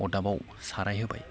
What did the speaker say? अरदाबाव साराय होबाय